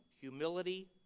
Humility